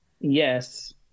yes